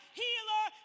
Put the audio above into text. healer